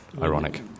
Ironic